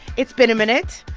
it's been a minute.